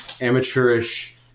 amateurish